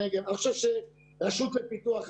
בהמשך נבקש להתמקד בעיקר בשאלה איך הרשויות המקומיות בפריפריה,